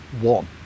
one